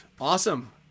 awesome